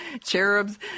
cherubs